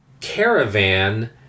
caravan